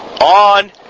On